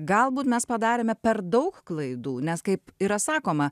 galbūt mes padarėme per daug klaidų nes kaip yra sakoma